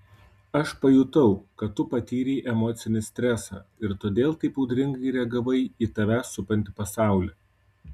aš pajutau kad tu patyrei emocinį stresą ir todėl taip audringai reagavai į tave supantį pasaulį